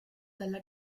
dalla